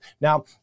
Now